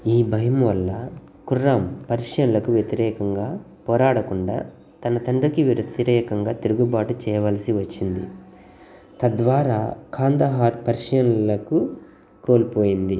ఈ భయం వల్ల ఖుర్రామ్ పర్షియన్లకు వ్యతిరేకంగా పోరాడకుండా తన తండ్రికి వ్యతిరేకంగా తిరుగుబాటు చెయ్యవలసి వచ్చింది తద్వారా కాందహార్ పర్షియన్లకు కోల్పోయింది